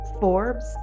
forbes